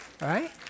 right